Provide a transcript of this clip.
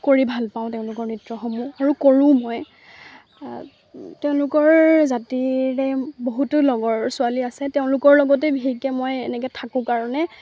কৰি ভাল পাওঁ তেওঁলোকৰ নৃত্যসমূহ আৰু কৰোঁ মই তেওঁলোকৰ জাতিৰে বহুতো লগৰ ছোৱালী আছে তেওঁলোকৰ লগতে বিশেষকৈ মই এনেকৈ থাকোঁ কাৰণে